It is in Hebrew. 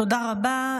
תודה רבה.